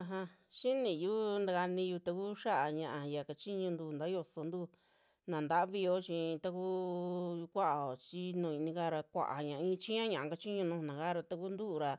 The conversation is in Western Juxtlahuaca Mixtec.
Aja xiniyu takaniyu taku xia'a ñaa ya kachintu ntaa yosontu naa ntavi yoo chi takuu kuao chi nuju ini kara kuaya i'i chiia ña'a kachiñu nujuna kaara takuntuu ra